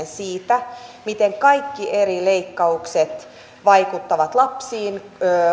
siitä miten kaikki eri leikkaukset vaikuttavat lapsiin